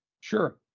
Sure